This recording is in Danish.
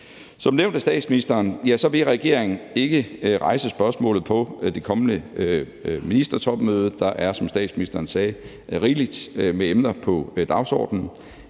Som nævnt af statsministeren vil regeringen ikke rejse spørgsmålet på det kommende ministertopmøde. Der er, som statsministeren sagde, rigeligt med emner på dagsordenen.